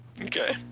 okay